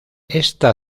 esta